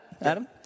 Adam